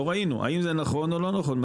לא ראינו האם זה נכון או לא נכון?